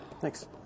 Thanks